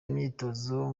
imyitozo